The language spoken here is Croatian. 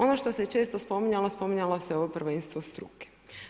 Ono što se često spominjalo, spominjalo se ovo prvenstvo struke.